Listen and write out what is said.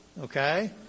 okay